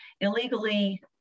illegally